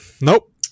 Nope